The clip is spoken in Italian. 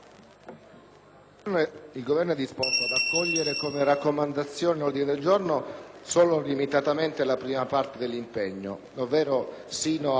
Il Governo è disposto ad accogliere come raccomandazione l'ordine del giorno G203 limitatamente alla prima parte del dispositivo, cioè sino alle